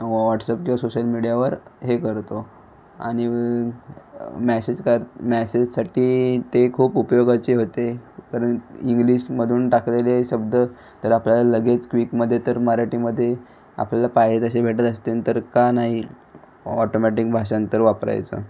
WhatsApp किंवा social मीडियावर हे करतो आणि मॅसेज कर मॅसेजसाठी ते खूप उपयोगाचे होते कारण इंग्लिशमधून टाकलेले शब्द तर आपल्याला लगेच क्विकमध्ये तर मराठीमध्ये आपल्याला पाहिजे तसे भेटत असते तर का नाही ऑटोमॅटिक भाषांतर वापरायचं